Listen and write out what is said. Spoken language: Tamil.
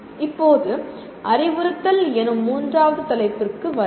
இப்போது "அறிவுறுத்தல்" எனும் மூன்றாவது தலைப்புக்கு வருவோம்